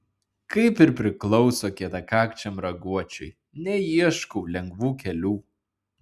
kaip ir priklauso kietakakčiam raguočiui neieškau lengvų kelių